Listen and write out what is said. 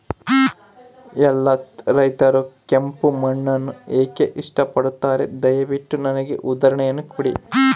ಎಲ್ಲಾ ರೈತರು ಕೆಂಪು ಮಣ್ಣನ್ನು ಏಕೆ ಇಷ್ಟಪಡುತ್ತಾರೆ ದಯವಿಟ್ಟು ನನಗೆ ಉದಾಹರಣೆಯನ್ನ ಕೊಡಿ?